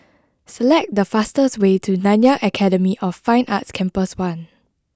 select the fastest way to Nanyang Academy of Fine Arts Campus one